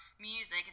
music